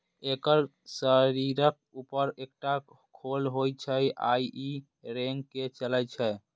एकर शरीरक ऊपर एकटा खोल होइ छै आ ई रेंग के चलै छै